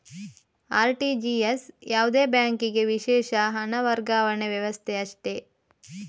RTGS ಯಾವುದೇ ಬ್ಯಾಂಕಿಗೆ ವಿಶೇಷ ಹಣ ವರ್ಗಾವಣೆ ವ್ಯವಸ್ಥೆ ಅಷ್ಟೇ